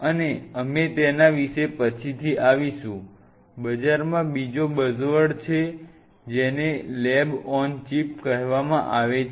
અને અમે તેના વિશે પછીથી આવીશું બજારમાં બીજો બઝવર્ડ છે જેને લેબ ઓન ચિપ કહેવામાં આવે છે